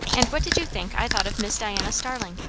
and what did you think i thought of miss diana starling?